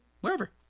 wherever